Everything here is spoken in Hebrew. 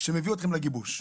שמביא אתכם לגיבוש.